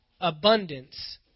Abundance